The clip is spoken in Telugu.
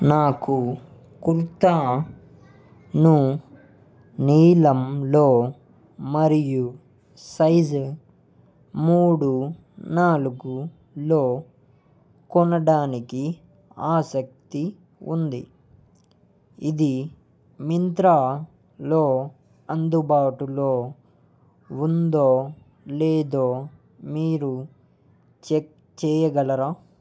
నాకు కుర్తాను నీలంలో మరియు సైజ్ మూడు నాలుగులో కొనడానికి ఆసక్తి ఉంది ఇది మింత్రాలో అందుబాటులో ఉందో లేదో మీరు చెక్ చేయగలరా